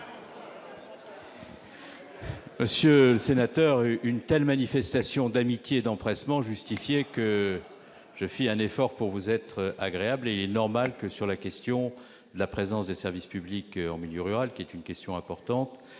Monsieur le sénateur, une telle manifestation d'amitié et d'empressement justifie que je fasse un effort pour vous être agréable. Aussi, il est normal que, sur la question de la présence des services publics en milieu rural, question importante